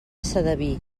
sedaví